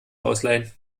ausleihen